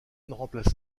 remplace